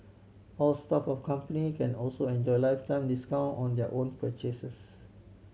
all staff of company can also enjoy lifetime discount on their own purchases